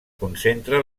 concentra